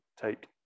take